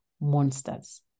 monsters